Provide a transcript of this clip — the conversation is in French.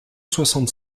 soixante